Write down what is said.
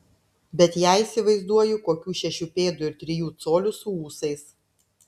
bet ją įsivaizduoju kokių šešių pėdų ir trijų colių su ūsais